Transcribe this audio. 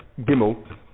Gimel